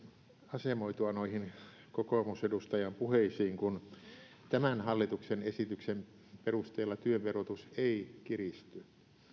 asemoitua noihin kokoomusedustajan puheisiin kun tämän hallituksen esityksen perusteella työn verotus ei kiristy